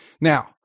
Now